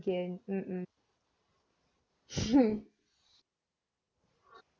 again [uh uh]